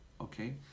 Okay